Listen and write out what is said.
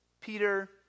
Peter